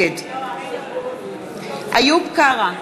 נגד איוב קרא,